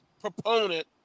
proponent